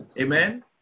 Amen